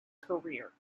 career